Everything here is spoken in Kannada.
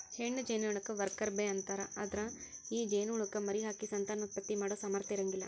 ಹೆಣ್ಣ ಜೇನನೊಣಕ್ಕ ವರ್ಕರ್ ಬೇ ಅಂತಾರ, ಅದ್ರ ಈ ಜೇನಹುಳಕ್ಕ ಮರಿಹಾಕಿ ಸಂತಾನೋತ್ಪತ್ತಿ ಮಾಡೋ ಸಾಮರ್ಥ್ಯ ಇರಂಗಿಲ್ಲ